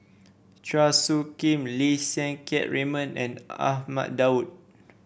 Chua Soo Khim Lim Siang Keat Raymond and Ahmad Daud